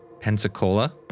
Pensacola